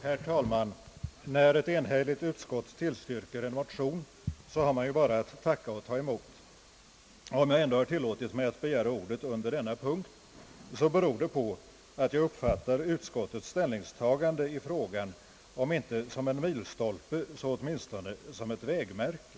Herr talman! När ett enhälligt utskott tillstyrker en motion här man bara att tacka och ta emot. Om jag ändå har tillåtit mig att begära ordet under denna punkt, beror det på att jag uppfattar utskottets ställningstagande i frågan, om inte som en milstolpe så åtminstone som ett vägmärke.